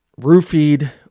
roofied